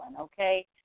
okay